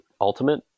Ultimate